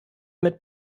mit